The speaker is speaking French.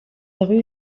rue